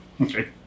Okay